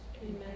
Amen